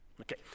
Okay